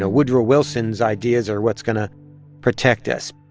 ah woodrow wilson's ideas are what's going to protect us.